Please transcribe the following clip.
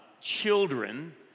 children